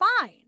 fine